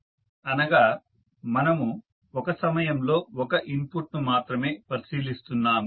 అనగా మనము ఒక సమయంలో ఒక ఇన్పుట్ను మాత్రమే పరిశీలిస్తున్నాము